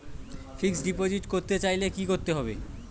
Fixed deposit করতে চাইলে কি করতে হবে?